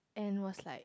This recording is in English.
and was like